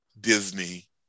Disney